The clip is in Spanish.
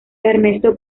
ernesto